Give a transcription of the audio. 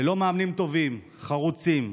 ללא מאמנים טובים, חרוצים,